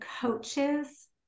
coaches